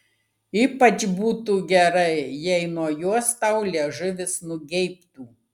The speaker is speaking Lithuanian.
ypač būtų gerai jei nuo jos tau liežuvis nugeibtų